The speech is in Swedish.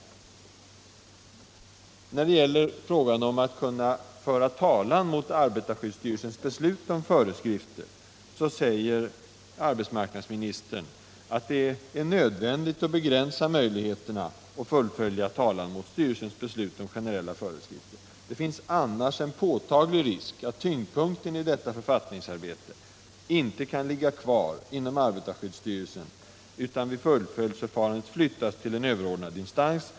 När det gäller frågan om att kunna föra talan mot arbetarskyddsstyrelsens beslut om föreskrifter säger arbetsmarknadsministern att det är ”nödvändigt att begränsa möjligheterna att fullfölja talan mot styrelsens beslut om generella föreskrifter. Det finns annars en påtaglig risk att tyngdpunkten i detta författningsarbete inte kan ligga kvar inom arbetarskyddsstyrelsen utan vid fullföljdsförfarandet flyttas över till en överordnad instans.